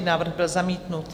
Návrh byl zamítnut.